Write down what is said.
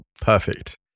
perfect